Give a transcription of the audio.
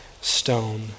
stone